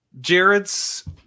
Jared's